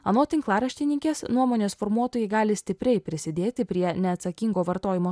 anot tinklaraštininkės nuomonės formuotojai gali stipriai prisidėti prie neatsakingo vartojimo